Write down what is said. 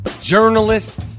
journalist